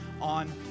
on